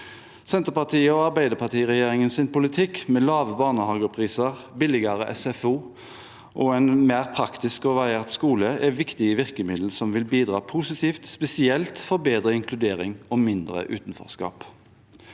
Senterparti- og Arbeiderparti-regjeringens politikk med lavere barnehagepriser, billigere SFO og en mer praktisk og variert skole er viktige virkemidler som vil bidra positivt, spesielt for bedre inkludering og mindre utenforskap.